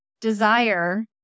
desire